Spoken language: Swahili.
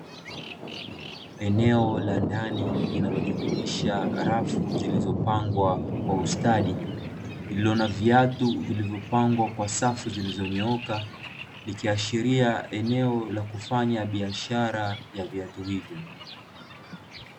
Eneo la ndani linalojumuisha rafu zilizopangwa kwa ustadi, lililo na viatu vilivyopangwa kwa safu zilizonyooka, ikiashiria eneo la kufanya biashara ya viatu hivyo.